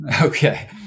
Okay